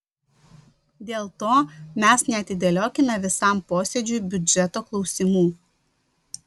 dėl to mes neatidėliokime visam posėdžiui biudžeto klausimų